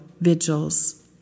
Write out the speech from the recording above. vigils